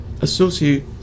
associate